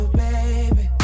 baby